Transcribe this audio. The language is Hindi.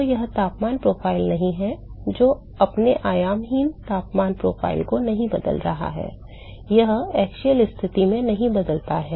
तो यह तापमान प्रोफ़ाइल नहीं है जो अपने आयामहीन तापमान प्रोफ़ाइल को नहीं बदल रहा है यह अक्षीय स्थिति में नहीं बदलता है